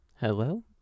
Hello